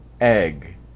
egg